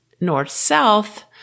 north-south